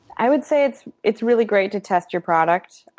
i would say it's it's really great to test your product.